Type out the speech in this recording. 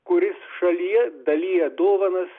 kuris šalyje dalija dovanas